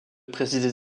préciser